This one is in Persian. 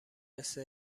مثل